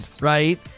right